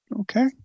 Okay